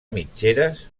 mitgeres